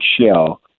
shell